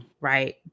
right